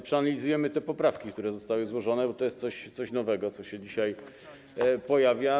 Przeanalizujemy poprawki, które zostały złożone, bo to jest coś nowego, co się dzisiaj pojawia.